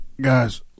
guys